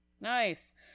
Nice